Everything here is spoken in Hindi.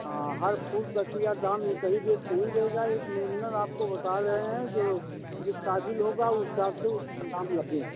हाँ हर फूल का दाम एक ही रेट थोड़ी रहेगा एक मिनिमम आपको बता रहे हैं जो यह सागुल होगा उस हिसाब से उसका दाम लगेगा